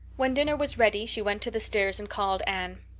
when dinner was ready she went to the stairs and called anne.